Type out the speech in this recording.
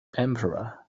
emperor